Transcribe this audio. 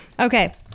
Okay